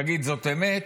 תגיד: זאת אמת,